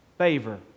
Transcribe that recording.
favor